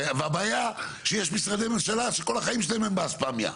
והבעיה שיש משרדי ממשלה שכל החיים שלהם הם באספמיה.